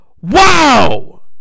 Wow